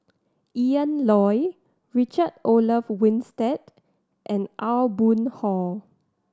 Ian Loy Richard Olaf Winstedt and Aw Boon Haw